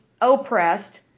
oppressed